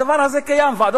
הדבר הזה קיים בפועל.